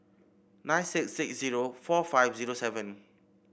nine six six zero four five zero seven